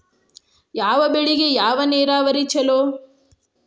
ಯಾವ ಬೆಳಿಗೆ ಯಾವ ನೇರಾವರಿ ಛಲೋ?